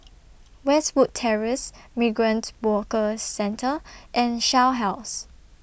Westwood Terrace Migrant Workers Centre and Shell House